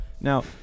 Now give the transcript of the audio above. now